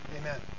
Amen